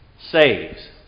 saves